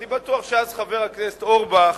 ואני בטוח שאז חבר הכנסת אורבך,